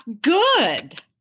Good